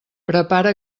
prepara